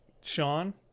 Sean